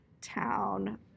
town